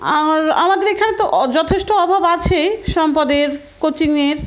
আর আমাদের এখানে তো যথেষ্ট অভাব আছেই সম্পদের কোচিংয়ের